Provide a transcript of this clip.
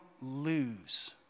lose